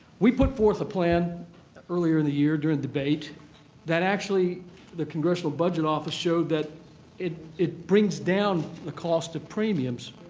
we put forth a plan earlier in the year during debate that actually the congressional budget office showed that it it brings down the cost of premiums